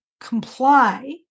comply